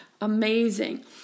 amazing